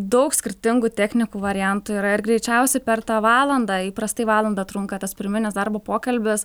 daug skirtingų technikų variantų yra ir greičiausiai per tą valandą įprastai valandą trunka tas pirminis darbo pokalbis